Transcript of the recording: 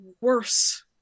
worse